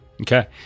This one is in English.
Okay